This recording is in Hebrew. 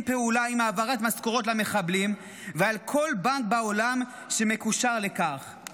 פעולה עם העברת משכורות למחבלים ועל כל בנק בעולם שמקושר לכך.